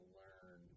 learn